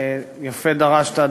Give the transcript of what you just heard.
יפה דרשת,